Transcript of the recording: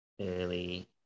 early